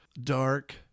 dark